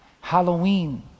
Halloween